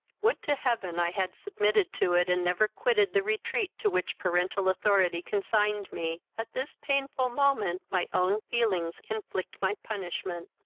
would to heaven i had submitted to it, and never quitted the retreat to which parental authority consigned me! at this painful moment my own feelings inflict my punishment.